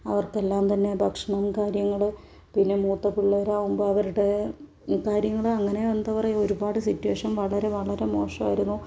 അവർക്കെല്ലാം തന്നെ ഭക്ഷണവും കാര്യങ്ങളും പിന്നെ മൂത്ത പിള്ളേരാവുമ്പോൾ അവരുടെ കാര്യങ്ങൾ അങ്ങനെ എന്താ പറയുക ഒരുപാട് സിറ്റുവേഷൻ വളരെ വളരെ മോശമായിരുന്നു